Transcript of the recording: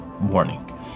warning